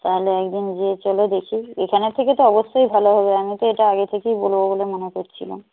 তাহলে একদিন গিয়ে চলো দেখি এখানের থেকে তো অবশ্যই ভালো হবে আমি তো এটা আগে থেকেই বলব বলে মনে করেছিলাম